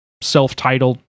self-titled